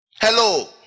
Hello